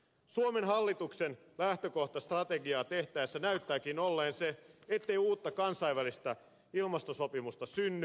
suomen hallituksen lähtökohta strategiaa tehtäessä näyttääkin olleen se ettei uutta kansainvälistä ilmastosopimusta synny